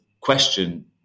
question